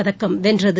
பதக்கம் வென்றது